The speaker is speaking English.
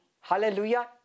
hallelujah